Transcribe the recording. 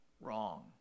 Wrong